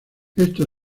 esto